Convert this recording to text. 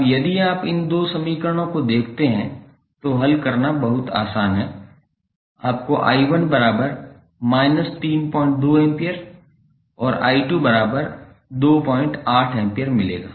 अब यदि आप इन दो समीकरणों को देखते हैं तो हल करना बहुत आसान है आपको 𝑖1 32A और 𝑖228A मिलेगा